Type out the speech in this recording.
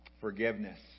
forgiveness